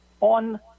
on